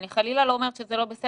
אני חלילה לא אומרת שזה לא בסדר,